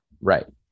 Right